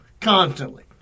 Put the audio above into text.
constantly